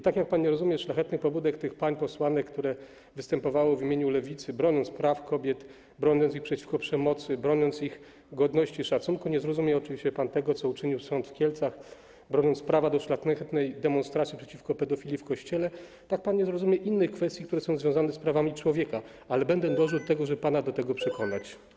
Tak jak pan nie rozumie szlachetnych pobudek pań posłanek, które występowały w imieniu Lewicy, broniąc praw kobiet, broniąc ich w obliczu przemocy, broniąc ich godności, szacunku, tak nie zrozumie pan oczywiście tego, co uczynił sąd w Kielcach, broniąc prawa do szlachetnej demonstracji przeciwko pedofilii w Kościele, tak nie zrozumie pan innych kwestii, które są związane z prawami człowieka, ale będę dążył do tego, żeby pana do tego przekonać.